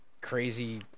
crazy